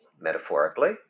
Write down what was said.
metaphorically